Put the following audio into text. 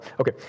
Okay